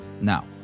Now